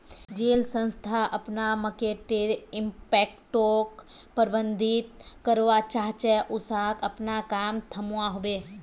जेल संस्था अपना मर्केटर इम्पैक्टोक प्रबधित करवा चाह्चे उसाक अपना काम थम्वा होबे